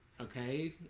okay